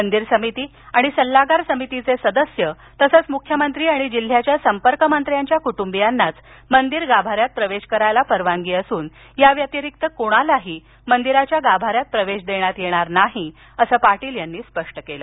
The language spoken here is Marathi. मंदीर समिती आणि सल्लागार समितीचे सदस्य तसंच मुख्यमंत्री आणि जिल्ह्याच्या संपर्कमंत्र्यांच्या कुटुंबियांनाच मंदिर गाभार्यात प्रवेश करण्यास परवानगी असून या व्यतिरिक्त कोणालाही मंदीराच्या गांभाऱ्यात प्रवेश देण्यात येणार नाही असं पाटील यांनी स्पष्ट केलं